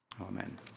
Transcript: Amen